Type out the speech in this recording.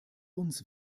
uns